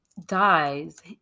dies